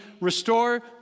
Restore